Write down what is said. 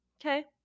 Okay